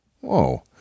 Whoa